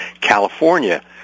California